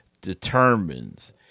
determines